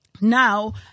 Now